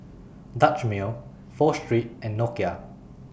Dutch Mill Pho Street and Nokia